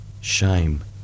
shame